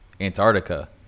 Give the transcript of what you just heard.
Antarctica